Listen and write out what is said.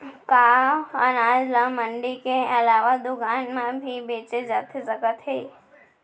का अनाज ल मंडी के अलावा दुकान म भी बेचे जाथे सकत हे?